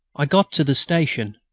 i got to the station.